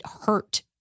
hurt